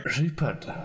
Rupert